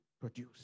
produce